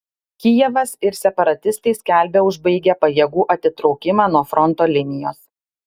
kijevas ir separatistai skelbia užbaigę pajėgų atitraukimą nuo fronto linijos